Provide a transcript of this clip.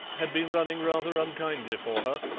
had been running rather unkindly for her,